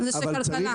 זה של כלכלה.